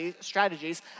strategies